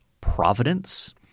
Providence